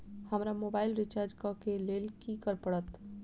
हमरा mobile recharge करऽ केँ लेल की करऽ पड़त?